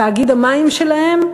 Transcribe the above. תאגיד המים שלהן,